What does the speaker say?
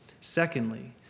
Secondly